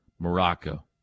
Morocco